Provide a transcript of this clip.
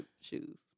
shoes